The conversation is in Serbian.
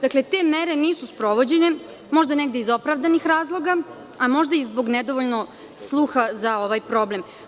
Dakle, te mere nisu sprovedene, možda negde iz opravdanih razloga, a možda i zbog nedovoljnog sluha za ovaj problem.